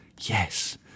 Yes